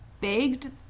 begged